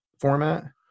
format